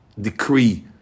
decree